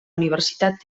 universitat